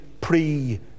pre